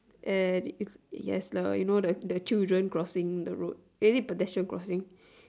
and it has the you know children crossing the road is it pedestrian crossing